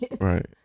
Right